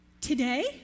today